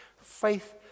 Faith